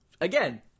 Again